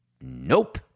nope